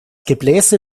gebläse